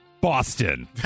Boston